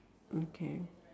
mm K